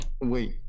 wait